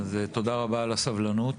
תודה רבה על הסבלנות.